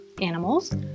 animals